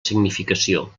significació